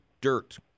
dirt